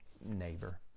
neighbor